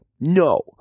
No